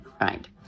right